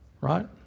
right